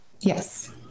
yes